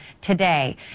today